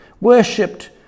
worshipped